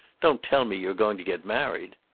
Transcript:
don't tell me you're going to get married!